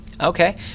Okay